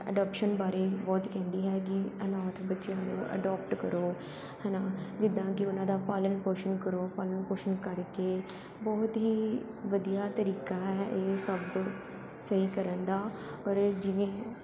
adoption ਬਾਰੇ ਬਹੁਤ ਕਹਿੰਦੀ ਹੈ ਕਿ ਅਨਾਥ ਬੱਚੇ ਨੂੰ ਅਡੋਪਟ ਕਰੋ ਹੈ ਨਾ ਜਿੱਦਾਂ ਕਿ ਉਹਨਾਂ ਦਾ ਪਾਲਣ ਪੋਸ਼ਣ ਕਰੋ ਪਾਲਨ ਪੋਸ਼ਣ ਕਰਕੇ ਬਹੁਤ ਹੀ ਵਧੀਆ ਤਰੀਕਾ ਹੈ ਇਹ ਸਭ ਸਹੀ ਕਰਨ ਦਾ ਔਰ ਜਿਵੇਂ